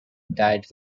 died